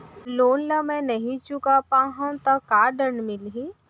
Loan ला मैं नही चुका पाहव त का दण्ड मिलही?